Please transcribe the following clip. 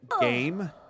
game